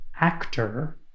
actor